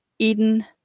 Eden